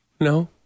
No